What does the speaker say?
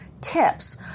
tips